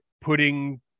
putting